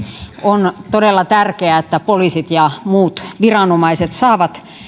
on todella tärkeää että poliisit ja muut viranomaiset saavat